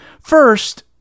First